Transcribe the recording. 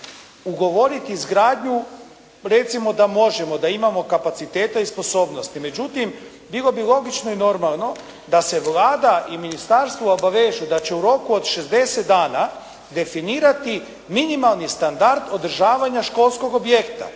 ugovoriti izgradnju recimo da možemo, da imamo kapacitete i sposobnosti. Međutim, bilo bi logično i normalno da se Vlada i ministarstvo obavežu da će u roku od 60 dana definirati minimalni standard održavanja školskog objekta.